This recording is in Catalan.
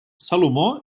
salomó